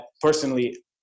personally